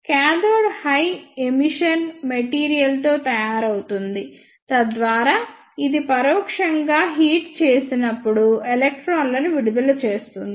cathode high emission material తో తయారవుతుంది తద్వారా ఇది పరోక్షంగా హీట్ చేసినప్పుడు ఎలక్ట్రాన్లను విడుదల చేస్తుంది